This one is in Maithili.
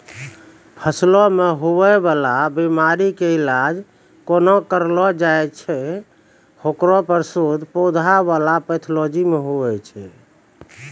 फसलो मे हुवै वाला बीमारी के इलाज कोना करना छै हेकरो पर शोध पौधा बला पैथोलॉजी मे हुवे छै